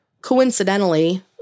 Coincidentally